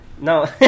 No